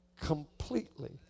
completely